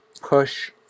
push